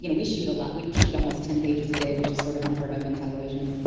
you know we shoot a lot, we shoot almost ten pages a day which is sort of unheard of in television.